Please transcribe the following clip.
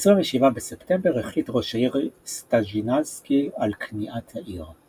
ב-27 בספטמבר החליט ראש העיר סטאז'ינסקי על כניעת העיר.